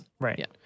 Right